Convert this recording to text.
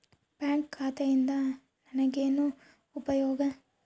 Bank ಖಾತೆಯಿಂದ ನನಗೆ ಏನು ಉಪಯೋಗ?